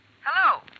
Hello